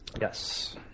Yes